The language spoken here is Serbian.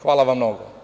Hvala vam mnogo.